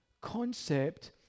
concept